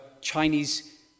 Chinese